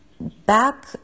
Back